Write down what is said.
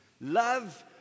Love